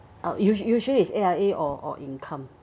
uh usually usually A_I_A or income